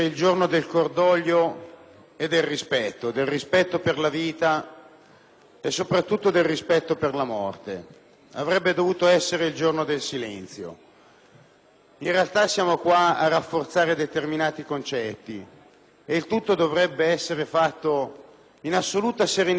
e, soprattutto, del rispetto per la morte. Avrebbe dovuto essere il giorno del silenzio ma, in realtà, siamo qui a rafforzare determinati concetti. Tutto dovrebbe essere fatto in assoluta serenità e senza polemica alcuna e questa è la mia intenzione.